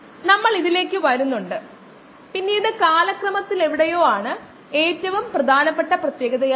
നമുക്ക് മുമ്പത്തെ കോഴ്സുകളിലെ ഇത്തരത്തിലുള്ള ഫസ്റ്റ് ഓർഡർ എക്സ്പ്രഷൻ നമുക്ക് പരിചിതമായിരിക്കാം